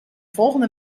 volgende